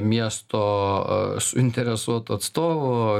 miesto suinteresuoto atstovo